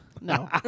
No